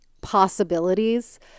possibilities